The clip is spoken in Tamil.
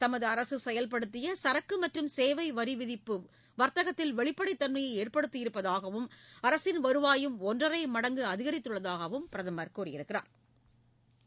தமது அரசு செயல்படுத்திய சரக்கு மற்றும் சேவை வரி விதிப்பு வர்த்தகத்தில் வெளிப்படை தன்மையை ஏற்படுத்தியிருப்பதாக அரசின் வருவாயும் ஒன்றரை மடங்கு அதிகரித்துள்ளதாக கூறினாா்